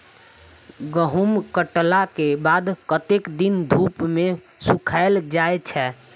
गहूम कटला केँ बाद कत्ते दिन धूप मे सूखैल जाय छै?